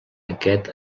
aquest